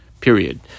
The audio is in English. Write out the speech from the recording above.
Period